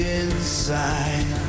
inside